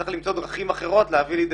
צריך למצוא דרכים אחרות להביא לידי